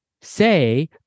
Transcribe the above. say